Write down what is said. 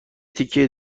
تیکه